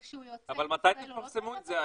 --- אבל מה זאת אומרת --- אבל מתי תפרסמו את זה?